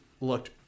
looked